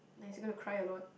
nice you going to cry a lot